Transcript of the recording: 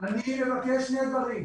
אני מבקש שני דברים.